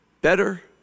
better